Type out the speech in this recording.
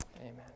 Amen